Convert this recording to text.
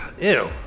ew